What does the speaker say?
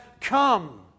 come